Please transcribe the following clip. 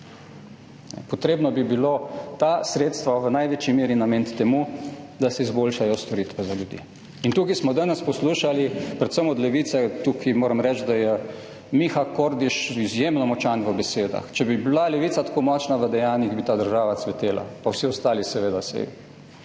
Potrebno bi bilo ta sredstva v največji meri nameniti temu, da se izboljšajo storitve za ljudi. Tukaj smo danes poslušali predvsem od Levice – moram reči, da je Miha Kordiš izjemno močan v besedah. Če bi bila Levica tako močna v dejanjih, bi ta država cvetela. Pa vsi ostali, seveda, več